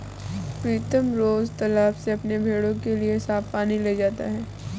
प्रीतम रोज तालाब से अपनी भेड़ों के लिए साफ पानी ले जाता है